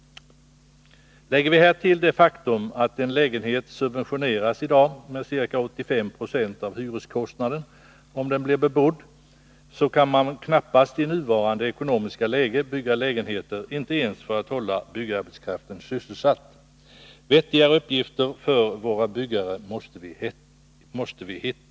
Lägger vi härtill det faktum att en ny lägenhet i dag subventioneras med ca 85 90 av hyreskostnaden, om den blir bebodd, kan man knappast i nuvarande ekonomiska läge bygga lägenheter, inte ens för att hålla byggarbetskraften sysselsatt. Vi måste hitta vettigare uppgifter för våra byggare.